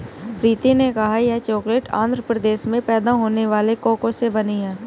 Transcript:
प्रीति ने कहा यह चॉकलेट आंध्र प्रदेश में पैदा होने वाले कोको से बनी है